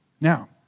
Now